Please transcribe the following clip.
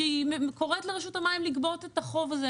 שהיא קוראת לרשות המים לגבות את החוב הזה.